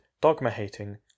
dogma-hating